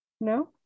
No